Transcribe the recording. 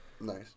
nice